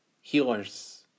healers